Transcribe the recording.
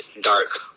dark